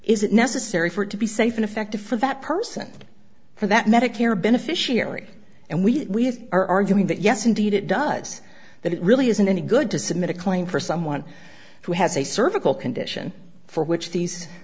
is it necessary for it to be safe and effective for that person for that medicare beneficiary and we are arguing that yes indeed it does that it really isn't any good to submit a claim for someone who has a cervical condition for which these